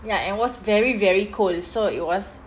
ya and was very very cold so it was